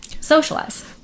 socialize